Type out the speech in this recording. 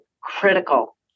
critical